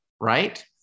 right